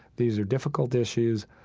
these are difficult issues,